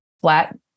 flat